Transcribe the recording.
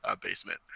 Basement